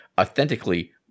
authentically